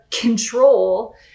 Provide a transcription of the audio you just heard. control